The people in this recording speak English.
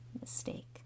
mistake